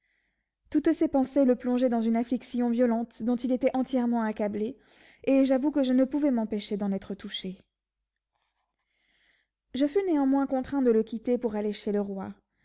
toutes ces pensées le plongeaient dans une affliction violente dont il était entièrement accablé et j'avoue que je ne pouvais m'empêcher d'en être touché je fus néanmoins contraint de le quitter pour aller chez le roi